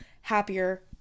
happier